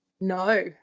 no